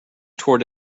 tore